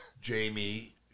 Jamie